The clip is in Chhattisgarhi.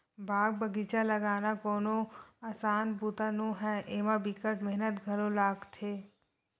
बाग बगिचा लगाना कोनो असान बूता नो हय, एमा बिकट मेहनत घलो लागथे